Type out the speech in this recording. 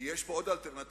יש כאן עוד אלטרנטיבה,